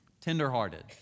tenderhearted